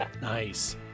nice